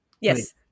Yes